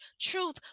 truth